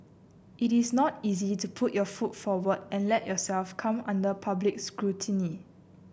it is not easy to put your foot forward and let yourself come under public scrutiny